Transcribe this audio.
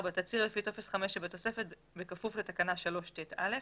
תצהיר לפי טופס 5 שבתוספת בכפוף לתקנה 3ט(א).